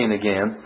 again